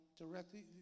directly